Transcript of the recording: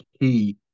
key